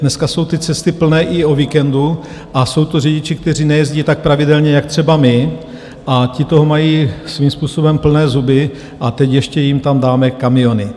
Dneska jsou ty cesty plné i o víkendu a jsou to řidiči, kteří nejezdí tak pravidelně jak třeba my, a ti toho mají svým způsobem plné zuby, a teď ještě jim tam dáme kamiony.